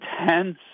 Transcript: intense